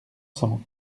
cent